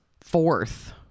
fourth